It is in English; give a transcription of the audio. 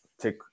take